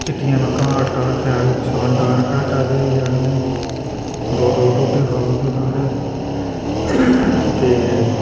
चिट्टियां मक्कां आटा शैल शानदार घराटा पेहाइयै आह्नने दो दो टोडे खाउरदे सारे ते